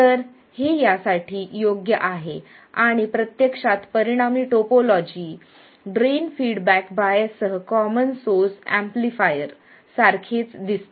तर हे यासाठी योग्य आहे आणि प्रत्यक्षात परिणामी टोपोलॉजी ड्रेन फीडबॅक बायससह कॉमन सोर्स एम्पलीफायर सारखेच दिसते